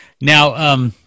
Now